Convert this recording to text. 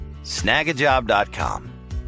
snagajob.com